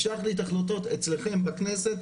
אפשר להחליט החלטות אצלכם בכנסת,